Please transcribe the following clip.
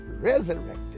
Resurrected